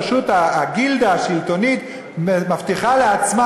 פשוט הגילדה השלטונית מבטיחה לעצמה,